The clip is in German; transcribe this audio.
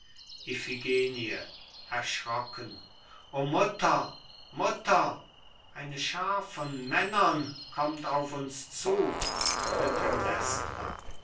o mutter mutter eine schaar von männern kommt auf uns zu